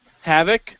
Havoc